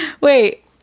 wait